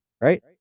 right